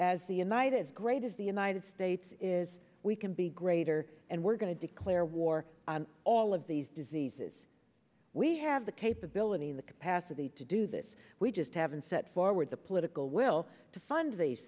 as the united great as the united states is we can be greater and we're going to declare war on all of these diseases we have the capability the capacity to do this we just haven't set forward the political will to fund these